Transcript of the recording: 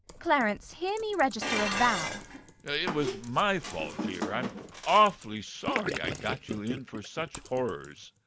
clarence, hear me register a vow it was my fault, dear. i'm awfully sorry i got you in for such horrors.